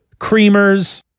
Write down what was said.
creamers